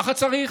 ככה צריך.